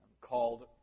called